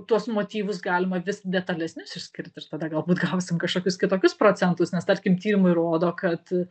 tuos motyvus galima vis detalesnius išskirt ir tada galbūt gausim kažkokius kitokius procentus nes tarkim tyrimai rodo kad